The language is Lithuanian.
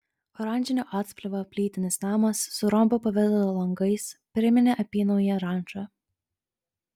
oranžinio atspalvio plytinis namas su rombo pavidalo langais priminė apynauję rančą